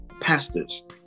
pastors